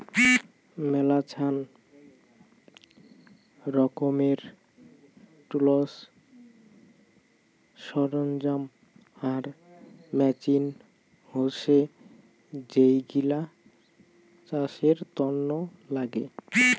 মেলাছান রকমের টুলস, সরঞ্জাম আর মেচিন হসে যেইগিলা চাষের তন্ন নাগে